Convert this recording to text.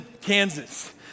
Kansas